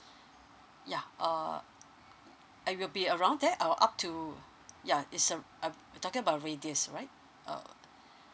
yeah uh uh it will be around there or up to yeah is ar~ uh you're talking about radius right uh